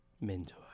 mentor